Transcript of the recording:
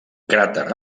cràter